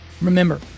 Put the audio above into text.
Remember